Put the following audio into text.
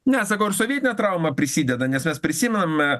ne aš sakau ir sovietinė trauma prisideda nes mes prisiminame